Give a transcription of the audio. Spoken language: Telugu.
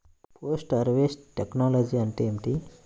పోస్ట్ హార్వెస్ట్ టెక్నాలజీ అంటే ఏమిటి?